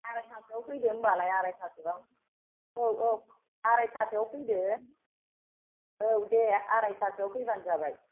आरायतासोआव फैदो होनबालाय आरायतासोआव औ औ आरायतासोआव फैदो औ दे आरायतासोआव फैबानो जाबाय